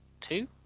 two